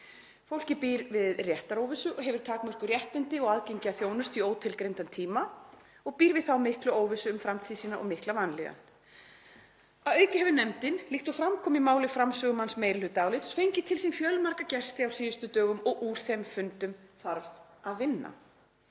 Fólkið býr við réttaróvissu og hefur takmörkuð réttindi og aðgengi að þjónustu í ótilgreindan tíma. Það býr við mikla óvissu um framtíð sína og mikla vanlíðan. Að auki hefur nefndin, líkt og fram kom í máli framsögumanns meirihlutaálits, fengið til sín fjölmarga gesti á síðustu dögum og úr þeim fundum þarf að vinna.“